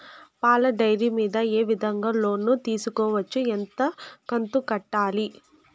పాల డైరీ మీద ఏ విధంగా లోను తీసుకోవచ్చు? ఎంత కంతు కట్టాలి?